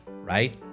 right